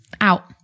out